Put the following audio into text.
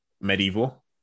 medieval